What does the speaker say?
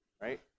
right